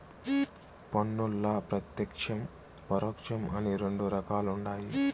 పన్నుల్ల ప్రత్యేక్షం, పరోక్షం అని రెండు రకాలుండాయి